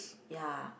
ya